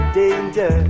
danger